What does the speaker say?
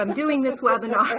um doing this webinar